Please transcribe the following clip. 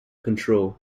control